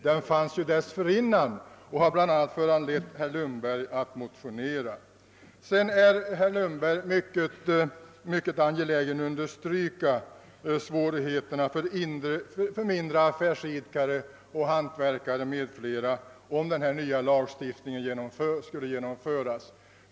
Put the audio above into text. Den fanns ju dessförinnan och har föranlett bl.a. herr Lundberg att motionera. Herr Lundberg är vidare mycket angelägen att understryka de svårigheter, som skulle bli följden för mindre affärsidkare och hantverkare om denna lagstiftning genomfördes.